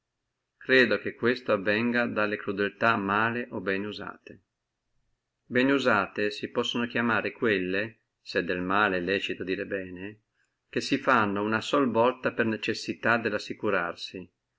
credo che questo avvenga dalle crudeltà male usate o bene usate bene usate si possono chiamare quelle se del male è licito dire bene che si fanno ad uno tratto per necessità dello assicurarsi